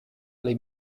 alle